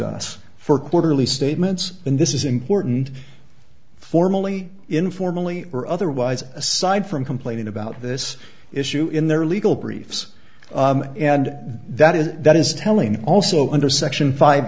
us for quarterly statements and this is important formally informally or otherwise aside from complaining about this issue in their legal briefs and that is that is telling also under section five